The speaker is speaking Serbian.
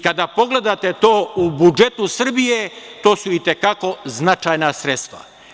Kada pogledate to u budžetu Srbije, to su i te kako značajna sredstva.